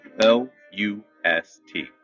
L-U-S-T